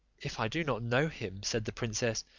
if i do not know him, said the princess,